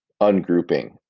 ungrouping